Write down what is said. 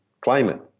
climate